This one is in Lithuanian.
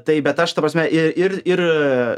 taip bet aš ta prasme ir ir ir